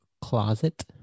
closet